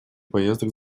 поездок